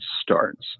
starts